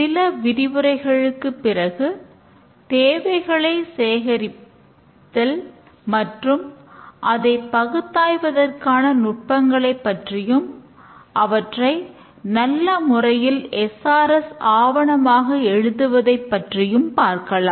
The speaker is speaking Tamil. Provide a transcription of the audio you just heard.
சில விரிவுரைகளுக்குப் பிறகு தேவைகளை சேகரிப்பதல் மற்றும் அதைப் பகுத்தாய்வதற்கான நுட்பங்களை பற்றியும் அவற்றை நல்ல முறையில் எஸ்ஆர்எஸ் ஆவணமாக எழுதுவதை பற்றியும் பார்க்கலாம்